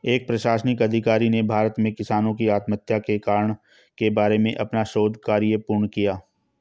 एक प्रशासनिक अधिकारी ने भारत में किसानों की आत्महत्या के कारण के बारे में अपना शोध कार्य पूर्ण किया